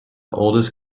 oldest